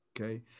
Okay